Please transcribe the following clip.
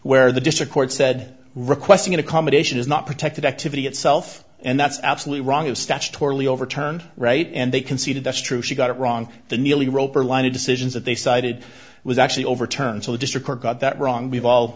where the district court said requesting an accommodation is not protected activity itself and that's absolutely wrong of statutorily overturned right and they conceded that's true she got it wrong the nearly roper line of decisions that they cited was actually overturned so the district court got that wrong we've all